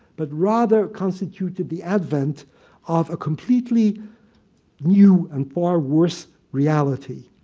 but rather constituted the advent of a completely new and far worse reality.